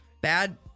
Bad